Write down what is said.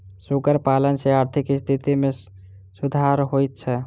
सुगर पालन सॅ आर्थिक स्थिति मे सुधार होइत छै